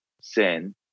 sin